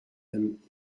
and